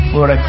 Lord